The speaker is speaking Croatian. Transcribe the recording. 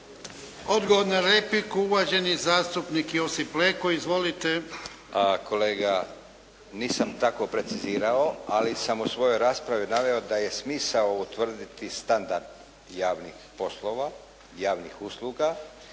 Odgovor na repliku, uvaženi zastupnik Josip Leko. Izvolite. **Leko, Josip (SDP)** Kolega nisam tako precizirao, ali sam u svojoj raspravi naveo da je smisao utvrditi standard javnih poslova, javnih usluga,